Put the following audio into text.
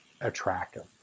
attractive